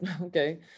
okay